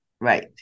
Right